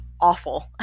awful